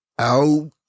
out